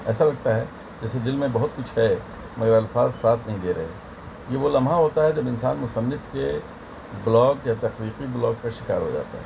ایسا لگتا ہے جیسے دل میں بہت کچھ ہے مگر الفاظ ساتھ نہیں دے رہے یہ وہ لمحہ ہوتا ہے جب انسان مصنف کے بلاک یا تخلیقی بلاک کا شکار ہو جاتا ہے